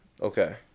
Okay